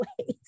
ways